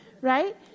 right